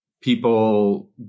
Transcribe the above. people